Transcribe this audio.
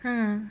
um